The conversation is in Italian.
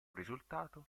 risultato